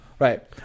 Right